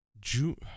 June